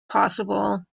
possible